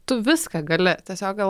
tu viską gali tiesiog gal